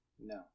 no